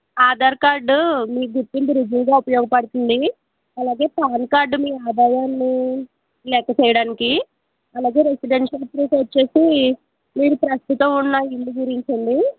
Aadhaar card మీ గుర్తింపు రుజువుగా ఉపయోగపడుతుంది అలాగే పాన్ కార్డు మీ ఆదాయాన్ని లెక్క చెయ్యడానికి అలాగే రెసిడెన్షియల్ ప్రూఫ్ వచ్చేసి మీరు ప్రస్తుతం ఉన్న ఇల్లు గురించండి